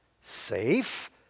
Safe